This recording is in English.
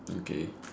okay